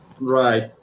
Right